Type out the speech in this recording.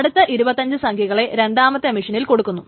അടുത്ത ഇരുപത്തഞ്ചു സംഖ്യകളെ രണ്ടാമത്തെ മെഷീനിൽ കൊടുക്കുന്നു